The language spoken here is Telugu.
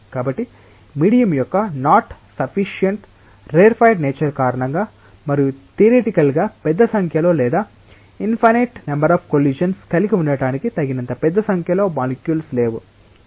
కాబట్టి మీడియం యొక్క నాట్ సఫ్ఫీసిఎంట్ రేర్ఫైడ్ నేచర్ కారణంగా మరియు థియరీటికల్గా పెద్ద సంఖ్యలో లేదా ఇంఫైనెట్ నెంబర్ అఫ్ కొల్లిషన్స్ కలిగి ఉండటానికి తగినంత పెద్ద సంఖ్యలో మాలిక్యూల్స్ లేవు